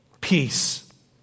peace